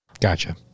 Gotcha